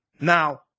Now